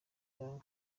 yawe